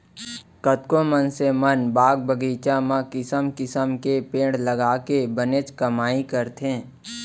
कतको मनसे मन बाग बगीचा म किसम किसम के पेड़ लगाके बनेच कमाई करथे